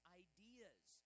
ideas